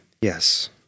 yes